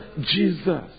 Jesus